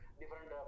different